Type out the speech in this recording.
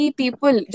people